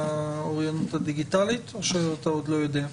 האוריינות הדיגיטלית או שאתה עוד לא יודע?